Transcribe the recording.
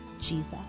Jesus